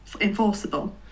enforceable